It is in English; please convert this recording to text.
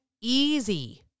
easy